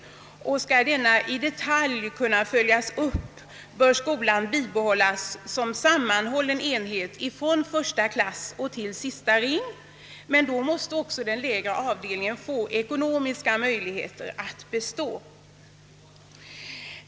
Skall denna i detalj kunna följas upp bör skolan bibehållas som sammanhållen enhet från första klass till sista ring, men då måste också den lägre avdelningen få ekonomiska möjligheter att bestå.